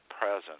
present